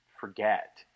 forget